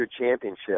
championship